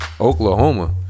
Oklahoma